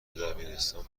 دبیرستان